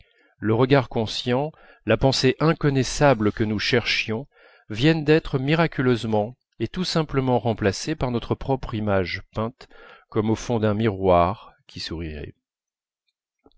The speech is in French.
le regard conscient la pensée inconnaissable que nous cherchions vient d'être miraculeusement et tout simplement remplacée par notre propre image peinte comme au fond d'un miroir qui sourirait